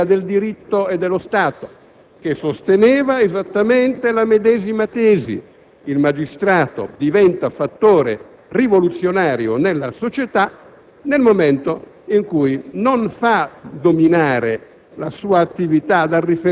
all'interno della società si è sostituita l'idea del magistrato che favorisce l'evoluzione della società creando sentenze che possono avere consenso sociale. Ricordo quando ero studente all'università di Torino,